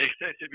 excessive